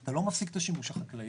אתה לא מפסיק את השימוש החקלאי,